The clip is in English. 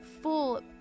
full